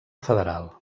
federal